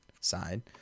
side